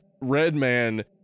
Redman